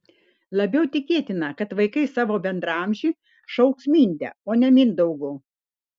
labiau tikėtina kad vaikai savo bendraamžį šauks minde o ne mindaugu